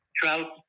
Trout